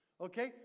okay